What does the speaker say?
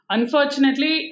Unfortunately